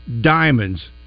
diamonds